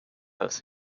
has